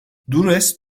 durres